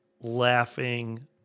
laughing